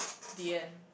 the end